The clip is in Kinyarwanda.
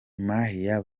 mahia